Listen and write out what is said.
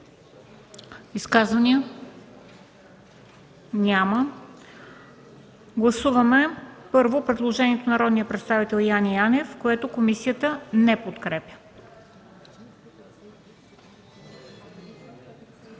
подлагам на гласуване предложението на народния представител Яне Янев, което комисията не подкрепя.